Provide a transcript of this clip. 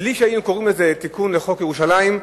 בלי שהיו קוראים לזה תיקון לחוק ירושלים,